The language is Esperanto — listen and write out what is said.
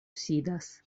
sidas